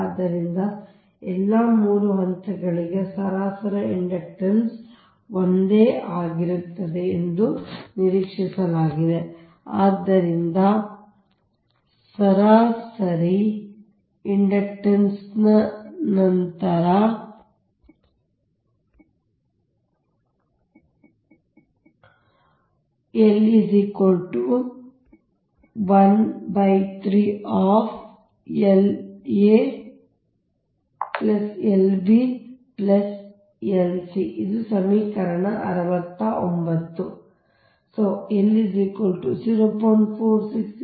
ಆದ್ದರಿಂದ ಎಲ್ಲಾ 3 ಹಂತಗಳಿಗೆ ಸರಾಸರಿ ಇಂಡಕ್ಟನ್ಸ್ ಒಂದೇ ಆಗಿರುತ್ತದೆ ಎಂದು ನಿರೀಕ್ಷಿಸಲಾಗಿದೆ ಆದ್ದರಿಂದ ಸರಾಸರಿ ಇಂಡಕ್ಟನ್ಸ್ಸ್ ನಂತರ L 13La Lb Lc ಇದು ಸಮೀಕರಣ 69